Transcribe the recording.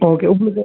okay உங்களுக்கு